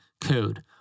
code